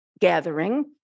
gathering